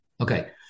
Okay